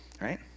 right